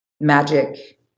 Magic